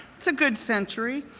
it's a good century.